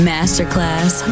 Masterclass